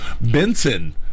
Benson